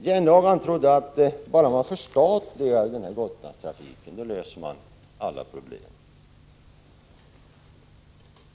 Jan Jennehag trodde att bara man förstatligar Gotlandstrafiken, löser man alla problem.